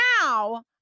now